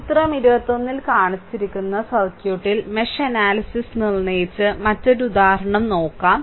ചിത്രം 21 ൽ കാണിച്ചിരിക്കുന്ന സർക്യൂട്ടിൽ മെഷ് അനാലിസിസ് നിർണ്ണയിച്ച് മറ്റൊരു ഉദാഹരണം നോക്കാം